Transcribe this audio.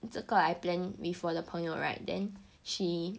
这个 I plan before the 朋友 [right] then she